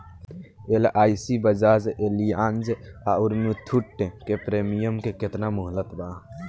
LIC Bajaj Allianz आउर मुथूट के premium के केतना मुहलत मिलल बा?